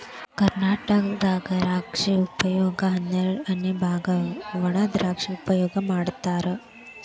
ಕರ್ನಾಟಕದಾಗ ದ್ರಾಕ್ಷಿ ಉಪಯೋಗದ ಹನ್ನೆರಡಅನೆ ಬಾಗ ವಣಾದ್ರಾಕ್ಷಿ ಉಪಯೋಗ ಮಾಡತಾರ